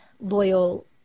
loyal